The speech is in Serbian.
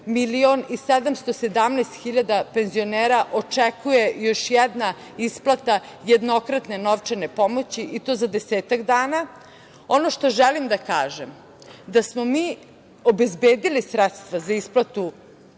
hiljada penzionera očekuje još jedna isplata jednokratne novčane pomoći i to za desetak dana. Ono što želim da kažem, da smo mi obezbedili sredstva za isplatu